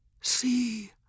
see